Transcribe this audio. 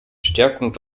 stärkung